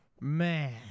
Man